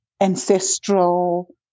ancestral